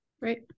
right